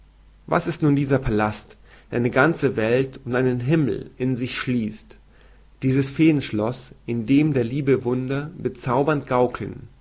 was ist nun dieser pallast der eine ganze welt und einen himmel in sich schließt dieses feenschloß in dem der liebe wunder bezaubernd gaukeln